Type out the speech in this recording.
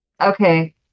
Okay